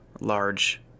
large